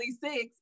six